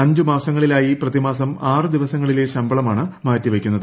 അഞ്ച് മാസങ്ങളിലായി പ്രതിമാസം ആറ് ദിവസങ്ങളിലെ ശമ്പളമാണ് മാറ്റിവയ്ക്കുന്നത്